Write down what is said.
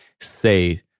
say